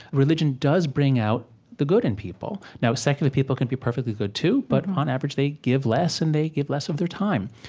religion does bring out the good in people. now, secular people can be perfectly good too, but on average, they give less, and they give less of their time.